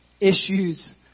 issues